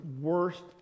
worst